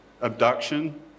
abduction